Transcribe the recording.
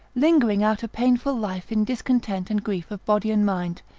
lingering out a painful life, in discontent and grief of body and mind,